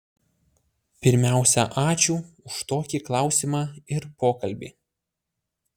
pirmiausia ačiū už tokį klausimą ir pokalbį